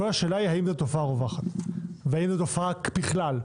כל השאלה היא האם זו תופעה רווחת והאם זאת תופעה בכלל.